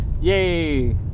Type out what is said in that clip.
yay